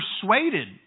persuaded